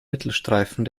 mittelstreifen